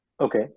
Okay